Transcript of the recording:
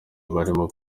barimo